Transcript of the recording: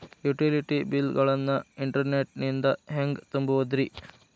Utility bill ಗಳನ್ನ internet ನಿಂದ ಹೆಂಗ್ ತುಂಬೋದುರಿ?